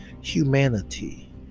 humanity